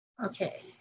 Okay